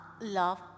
love